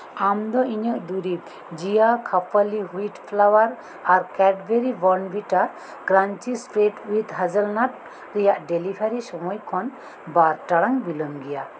ᱟᱢ ᱫᱚ ᱤᱧᱟᱹᱜ ᱫᱩᱨᱤᱵᱽ ᱡᱤᱭᱟ ᱠᱷᱟᱯᱟᱞᱤ ᱦᱩᱭᱤᱴ ᱯᱷᱞᱟᱣᱟᱨ ᱟᱨ Cadbury Bournvita crunchy spread with hazelnut ᱨᱮᱭᱟᱜ ᱰᱮᱞᱤᱵᱷᱟᱨᱤ ᱥᱚᱢᱚᱭ ᱠᱷᱚᱱ ᱵᱟᱨ ᱴᱟᱲᱟᱝ ᱵᱤᱞᱚᱢ ᱜᱤᱭᱟ